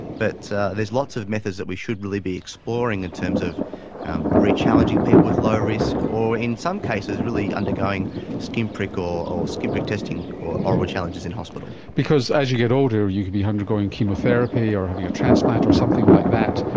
but so there's there's lots of methods that we should really be exploring in terms of re-challenging people with low risk or, in some cases, really undergoing skin prick or skin prick testing or oral challenges in hospital. because as you get older you could be undergoing chemotherapy or having a transplant or something like that,